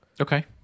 Okay